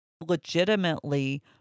legitimately